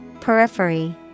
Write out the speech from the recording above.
Periphery